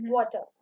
Water